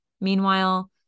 Meanwhile